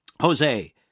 Jose